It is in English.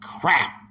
crap